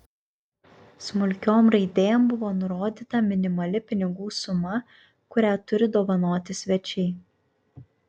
smulkiom raidėm buvo nurodyta minimali pinigų suma kurią turi dovanoti svečiai